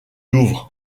louvre